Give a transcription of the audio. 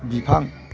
बिफां